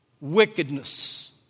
wickedness